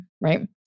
right